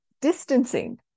distancing